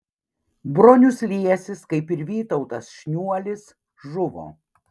bronius liesis kaip ir vytautas šniuolis žuvo